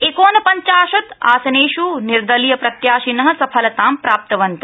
एकोनपञ्चाशत् आसनेष् निर्दलीय प्रत्याशिन सफलतां प्राप्तवन्त